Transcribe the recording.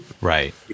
Right